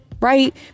right